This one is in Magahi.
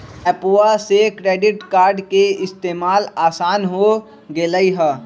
एप्पवा से क्रेडिट कार्ड के इस्तेमाल असान हो गेलई ह